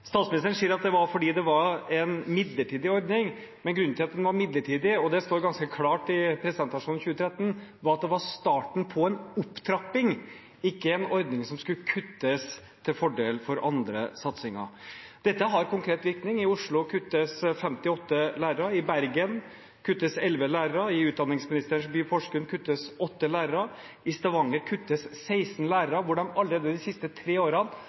Statsministeren sier at det var fordi det var en midlertidig ordning, men grunnen til at den var midlertidig – og det står ganske klart i presentasjonen fra 2013 – var at det var starten på en opptrapping, ikke en ordning som skulle kuttes til fordel for andre satsinger. Dette har konkret virkning: I Oslo kuttes det med 58 lærere, i Bergen kuttes det med 11 lærere, i utdanningsministerens by, Porsgrunn, kuttes det med 8 lærere, i Stavanger kuttes det med 16 lærere, hvor de allerede de siste